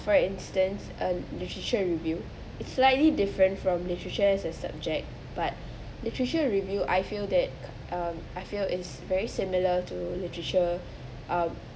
for instance a literature review it's slightly different from literature as a subject but literature review I feel that um I feel is very similar to literature um